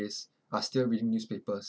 are still reading newspapers